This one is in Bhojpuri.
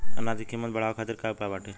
अनाज क कीमत बढ़ावे खातिर का उपाय बाटे?